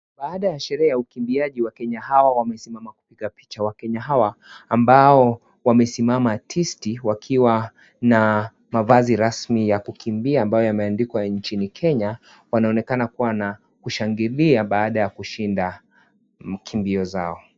Baada ya sherehe ya wakimbiaji, wakenya hawa wamesimama kupiga picha. Wakenya hawa ambao wamesimama tisti, wakiwa na mavazi rasmi ya kukimbia ambayo yameandikwa nchini kenya, wanaonekana kuwa na kushangilia baada ya kushinda mkimbio zao.